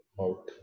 out